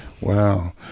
Wow